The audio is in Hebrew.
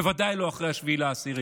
בוודאי לא אחרי 7 באוקטובר.